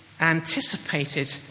anticipated